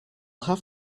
have